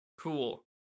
Cool